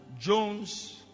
jones